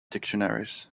dictionaries